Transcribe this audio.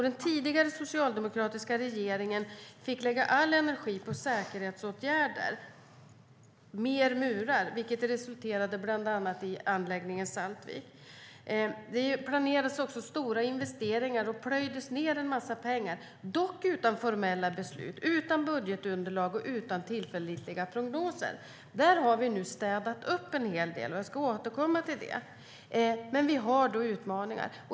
Den tidigare socialdemokratiska regeringen fick lägga all energi på säkerhetsåtgärder och mer murar, vilket bland annat resulterade i anläggningen Saltvik. Det planerades också stora investeringar, och det plöjdes ned en massa pengar, dock utan formella beslut, budgetunderlag och tillförlitliga prognoser. Där har vi nu städat upp en hel del. Jag ska återkomma till det. Men vi har utmaningar.